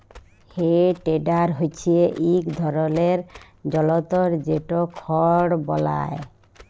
হে টেডার হচ্যে ইক ধরলের জলতর যেট খড় বলায়